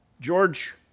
George